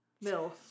Mills